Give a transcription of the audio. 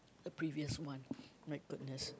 the previous one my goodness